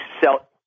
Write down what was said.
sell